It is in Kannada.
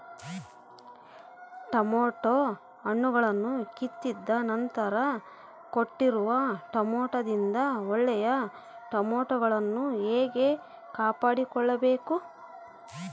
ಟೊಮೆಟೊ ಹಣ್ಣುಗಳನ್ನು ಕಿತ್ತಿದ ನಂತರ ಕೆಟ್ಟಿರುವ ಟೊಮೆಟೊದಿಂದ ಒಳ್ಳೆಯ ಟೊಮೆಟೊಗಳನ್ನು ಹೇಗೆ ಕಾಪಾಡಿಕೊಳ್ಳಬೇಕು?